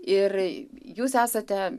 ir jūs esate